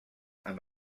amb